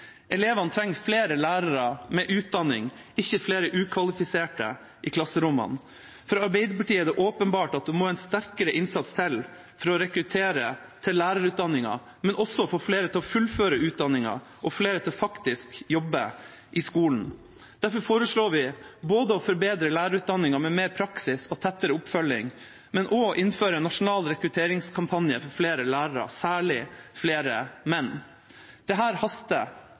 Elevene trenger flere lærere med utdanning – ikke flere ukvalifiserte i klasserommene. For Arbeiderpartiet er det åpenbart at det må en sterkere innsats til for å rekruttere til lærerutdanningen, men også for å få flere til å fullføre utdanningen og flere til faktisk å jobbe i skolen. Derfor foreslår vi både å forbedre lærerutdanningen, med mer praksis og tettere oppfølging, og også å innføre en nasjonal rekrutteringskampanje for flere lærere, særlig flere menn. Dette haster.